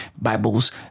Bibles